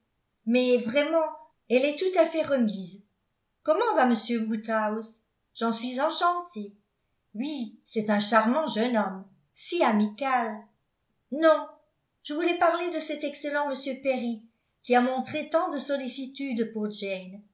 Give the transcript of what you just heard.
mais vraiment elle est tout à fait remise comment va m woodhouse j'en suis enchantée oui c'est un charmant jeune homme si amical non je voulais parler de cet excellent m perry qui a montré tant de sollicitude pour